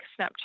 snapchat